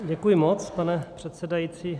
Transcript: Děkuji moc, pane předsedající.